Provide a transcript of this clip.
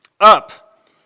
Up